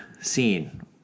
scene